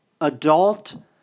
adult